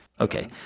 Okay